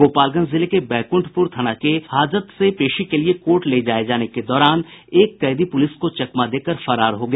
गोपालगंज जिले के बैक्रंठपुर थाना के हाजत से पेशी के लिए कोर्ट ले जाये जाने के दौरान एक कैदी पुलिस को चकमा देकर फरार हो गया